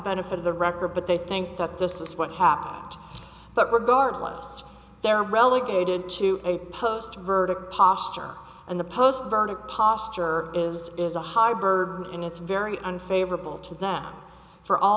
benefit of the record but they think that this is what happened but regardless they're relegated to a post verdict posture and the post verdict posture is is a high burden and it's very unfavorable to them for